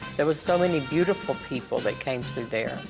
there was so many beautiful people that came through there.